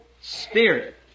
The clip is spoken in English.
spirit